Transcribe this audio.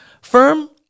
firm